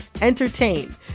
entertain